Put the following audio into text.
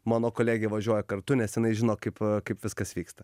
mano kolegė važiuoja kartu nes jinai žino kaip kaip viskas vyksta